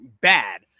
bad